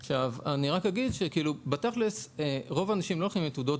אני רק אומר שבתכל'ס רוב האנשים לא הולכים עם תעודות